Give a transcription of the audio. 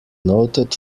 noted